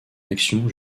action